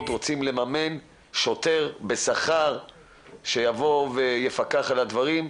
רוצים לממן שוטר בשכר שיבוא ויפקח על הדברים,